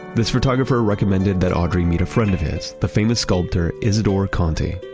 this photographer recommended that audrey meet a friend of his, the famous sculptor isidore konti.